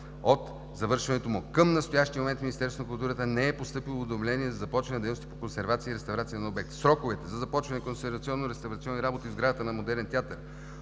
от завършването му. Към настоящия момент в Министерството на културата не е постъпило уведомление за започване на дейностите по консервация и реставрация на обекта. Сроковете за започване на консервационно реставрационни работи в сградата на „Модерен театър“,